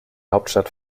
hauptstadt